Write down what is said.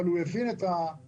אבל הוא הבין את הביקורת,